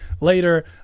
later